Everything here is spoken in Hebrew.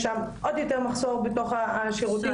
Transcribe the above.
יש שם עוד יותר מחסור בתוך השירותים.